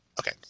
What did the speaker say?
Okay